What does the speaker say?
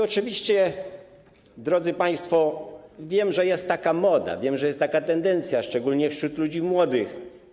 Oczywiście, drodzy państwo, wiem, że jest taka moda, jest taka tendencja, szczególnie wśród ludzi młodych.